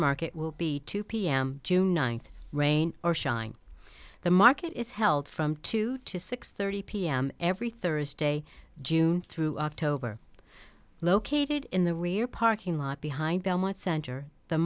market will be two pm june ninth rain or shine the market is held from two to six thirty pm every thursday june through october located in the rear parking lot behind belmont center the